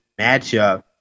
matchup